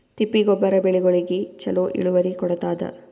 ತಿಪ್ಪಿ ಗೊಬ್ಬರ ಬೆಳಿಗೋಳಿಗಿ ಚಲೋ ಇಳುವರಿ ಕೊಡತಾದ?